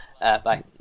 Bye